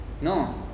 No